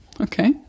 Okay